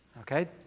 Okay